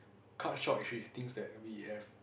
cut short if she thinks that we have